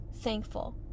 thankful